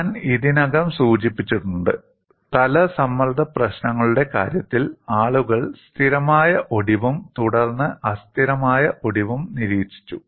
ഞാൻ ഇതിനകം സൂചിപ്പിച്ചിട്ടുണ്ട് തല സമ്മർദ്ദ പ്രശ്നങ്ങളുടെ കാര്യത്തിൽ ആളുകൾ സ്ഥിരമായ ഒടിവും തുടർന്ന് അസ്ഥിരമായ ഒടിവും നിരീക്ഷിച്ചു